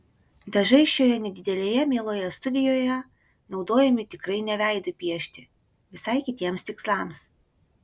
dažai šioje nedidelėje mieloje studijoje naudojami tikrai ne veidui piešti visai kitiems tikslams